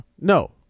No